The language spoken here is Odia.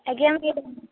ଆଜ୍ଞା